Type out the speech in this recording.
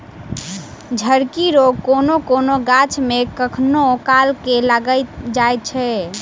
झड़की रोग कोनो कोनो गाछ मे कखनो काल के लाइग जाइत छै